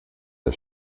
der